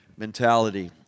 mentality